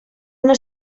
una